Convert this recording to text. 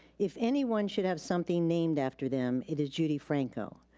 if anyone should have something named after them, it is judy franco.